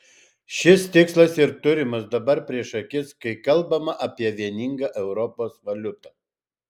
šis tikslas ir turimas dabar prieš akis kai kalbama apie vieningą europos valiutą